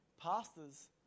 Pastors